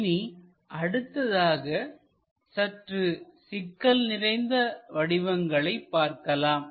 இனி அடுத்ததாக சற்று சிக்கல் நிறைந்த வடிவங்களை பார்க்கலாம்